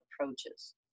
approaches